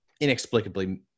inexplicably